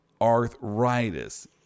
arthritis